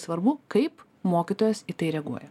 svarbu kaip mokytojas į tai reaguoja